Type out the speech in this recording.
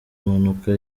mpanuka